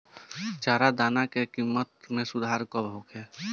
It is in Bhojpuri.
चारा दाना के किमत में सुधार कब होखे?